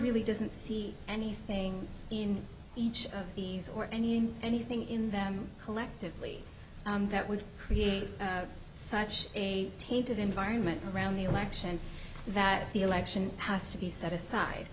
really doesn't see anything in each of these or any and anything in them collectively that would create such a tainted environment around the election that the election has to be set aside